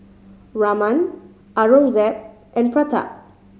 Raman Aurangzeb and Pratap